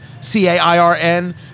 c-a-i-r-n